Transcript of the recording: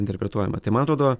interpretuojama tai man atrodo